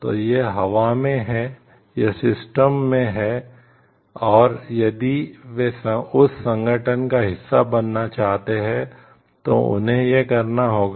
तो यह हवा में है यह सिस्टम में है और यदि वे उस संगठन का हिस्सा बनना चाहते हैं तो उन्हें यह करना होगा